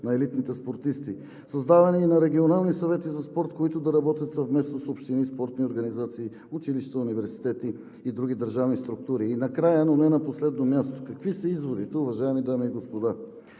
на елитните спортисти; създаване и на регионални съвети за спорт, които да работят съвместно с общини, спортни организации, училища, университети и други държавни структури. И накрая, но не на последно място, какви са изводите, уважаеми дами и господа?